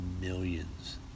millions